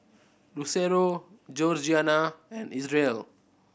Lucero Georgiana and Isreal